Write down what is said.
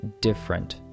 different